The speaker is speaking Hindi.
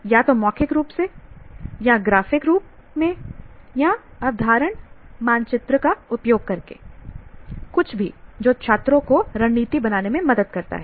या तो मौखिक रूप में या ग्राफिक रूप में या अवधारणा मानचित्र का उपयोग करें कुछ भी जो छात्रों को रणनीति बनाने में मदद करता है